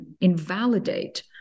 invalidate